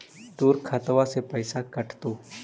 तोर खतबा से पैसा कटतो?